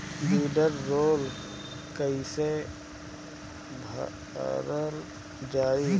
वीडरौल कैसे भरल जाइ?